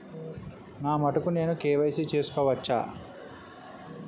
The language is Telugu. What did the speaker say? నా మటుకు నేనే కే.వై.సీ చేసుకోవచ్చా?